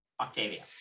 Octavia